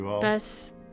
best